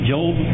Job